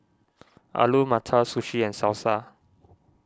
Alu Matar Sushi and Salsa